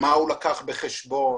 מה הוא לקח בחשבון?